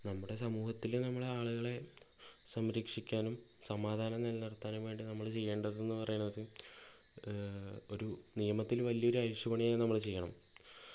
നമ്മുടെ സമൂഹത്തില് നമ്മളെ ആളുകളെ സംരക്ഷിക്കാനും സമാധാനം നിലനിർത്താനും വേണ്ടി നമ്മള് ചെയ്യേണ്ടതെന്ന് പറയണത് ഒരു നിയമത്തില് വലിയൊരു അഴിച്ചുപണിതന്നെ നമ്മള് ചെയ്യണം